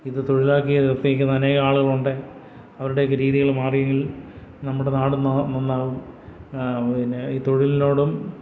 ഇത് തൊഴിലാക്കി നിർത്തിയേക്കുന്ന അനേകം ആളുകളുണ്ട് അവരുടെയൊക്കെ രീതികൾ മാറിയെങ്കിൽ നമ്മുടെ നാടും നന്നാവും പിന്നെ ഈ തൊഴിലിനോടും